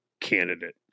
candidate